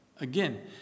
Again